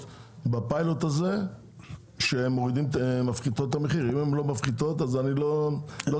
בפיילוט הזה ונבדוק אם מחירי המכולת יורדים,